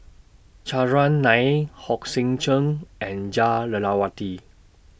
Chandran Nair Hong Sek Chern and Jah Lelawati